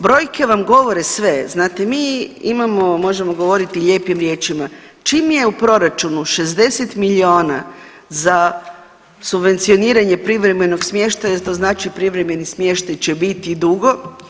Brojke vam govore sve, znate mi imamo, možemo govoriti lijepim riječima, čim je u proračunu 60 milijuna za subvencioniranje privremenog smještaja to znači privremeni smještaj će biti dugo.